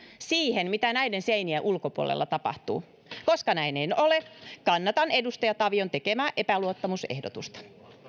siihen mitä näiden seinien ulkopuolella tapahtuu koska näin ei ole kannatan edustaja tavion tekemää epäluottamusehdotusta